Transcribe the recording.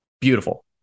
beautiful